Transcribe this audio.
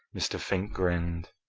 mr. fink grinned.